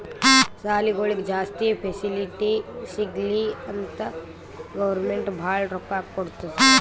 ಸಾಲಿಗೊಳಿಗ್ ಜಾಸ್ತಿ ಫೆಸಿಲಿಟಿ ಸಿಗ್ಲಿ ಅಂತ್ ಗೌರ್ಮೆಂಟ್ ಭಾಳ ರೊಕ್ಕಾ ಕೊಡ್ತುದ್